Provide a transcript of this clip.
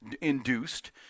induced